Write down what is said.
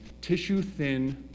tissue-thin